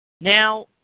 Now